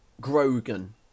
Grogan